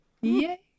Yay